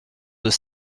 deux